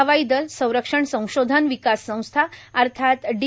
हवाई दल संरक्षण संशोधन विकास संस्था अर्थात डी